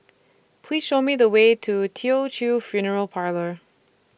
Please Show Me The Way to Teochew Funeral Parlour